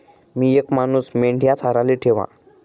मी येक मानूस मेंढया चाराले ठेवा